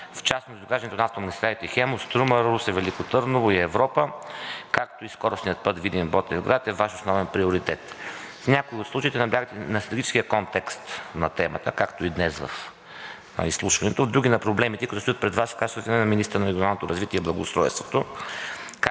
в частност доизграждането на автомагистралите „Хемус“, „Струма“, Русе – Велико Търново и „Европа“, както и на скоростния път Видин – Ботевград, е Ваш основен приоритет. В някои от случаите наблягате на стратегическия контекст на темата, както и днес в изслушването. В други – на проблемите, които стоят пред Вас в качеството Ви на министър на регионалното развитие и благоустройството,